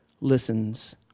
listens